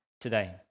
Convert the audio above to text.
today